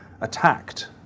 attacked